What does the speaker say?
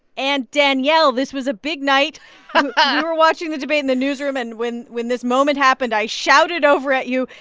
and, danielle, this was a big night we were watching the debate in the newsroom. and when when this moment happened, i shouted over at you,